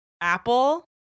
Apple